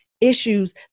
issues